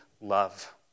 love